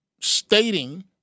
stating